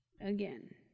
Again